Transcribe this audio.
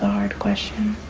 hard question.